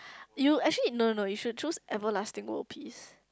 you actually no no no you should choose everlasting world peace